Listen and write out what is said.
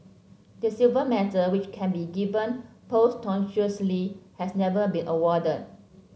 the silver medal which can be given posthumously has never been awarded